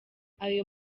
ayo